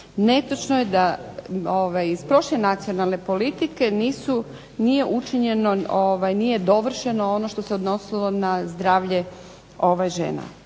Netočno je da iz prošle nacionalne politike nije učinjeno, nije dovršeno ono što se odnosilo na zdravlje žena.